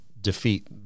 defeat